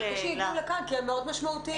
שיגיעו לכאן ממשרד הבריאות כי הם מאוד משמעותיים,